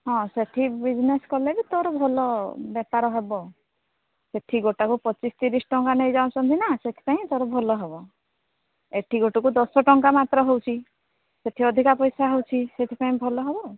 ହଁ ସେଠି ବିଜନେସ୍ କଲେ ବି ତୋର ଭଲ ବେପାର ହବ ସେଠି ଗୋଟାକୁ ପଚିଶ ତିରିଶ ଟଙ୍କା ନେଇଯାଉଛନ୍ତି ନା ସେଥିପାଇଁ ତୋର ଭଲ ହବ ଏଠି ଗୋଟକୁ ଦଶ ଟଙ୍କା ମାତ୍ର ହେଉଛି ସେଠି ଅଧିକା ପଇସା ହେଉଛି ସେଥିପାଇଁ ଭଲ ହବ